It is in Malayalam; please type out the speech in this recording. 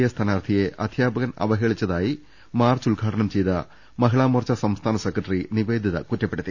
എ സ്ഥാനാർഥിയെ അധ്യാപകൻ അവഹേളിച്ചതായി മാർച്ച് ഉദ്ഘാടനം ചെയ്ത മഹിളാ മോർച്ച സംസ്ഥാന സെക്രട്ടറി നിവേദിത കുറ്റപ്പെടുത്തി